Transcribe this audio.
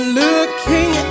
looking